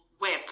web